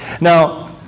Now